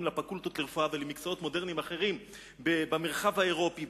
לפקולטות לרפואה ולמקצועות מודרניים אחרים במרחב האירופי,